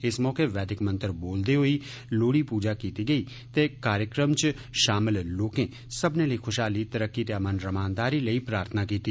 इस मौके वैदिक मंत्र बोलदे होई लोहड़ी पूजा कीती गेई ते कार्यक्रम च शामल लोकें सब्मने लेई खुशहाली तरक्की ते अमन रमानदारी लेई प्रार्थना कीती